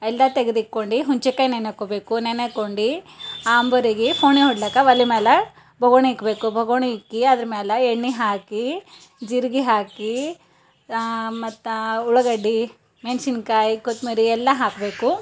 ಎಲ್ಲ ತೆಗದುಕೊಂಡು ಹುಣ್ಸೇಕಾಯಿ ನೆನೆ ಹಾಕ್ಕೊಬೇಕು ನೆನೆ ಹಾಕೊಂಡು ಆಂಬೋರಿಗೆ ಕೋನೇ ಹೊಡಿಲಿಕ್ಕೆ ಒಲೆ ಮ್ಯಾಲ ಬೊಗಣಿ ಇಡ್ಬೇಕು ಬೊಗಣಿ ಇಕ್ಕಿ ಅದ್ರಮ್ಯಾಲ ಎಣ್ಣೆ ಹಾಕಿ ಜೀರ್ಗೆ ಹಾಕಿ ಮತ್ತು ಉಳ್ಳಾಗಡ್ಡಿ ಮೆಣ್ಸಿನ್ಕಾಯಿ ಕೊತ್ತಂಬ್ರಿ ಎಲ್ಲ ಹಾಕಬೇಕು